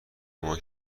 شما